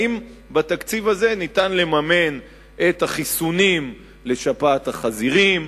האם בתקציב הזה ניתן לממן את החיסונים לשפעת החזירים,